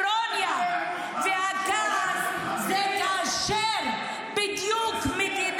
--- מחבל הנוח'בה --- האירוניה והדעת זה כאשר מדינת